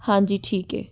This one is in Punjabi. ਹਾਂਜੀ ਠੀਕ ਹੈ